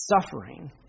suffering